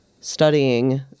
studying